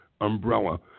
umbrella